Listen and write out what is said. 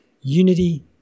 unity